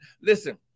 Listen